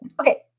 Okay